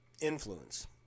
Influence